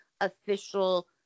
official